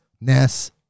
Ness